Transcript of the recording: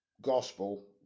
gospel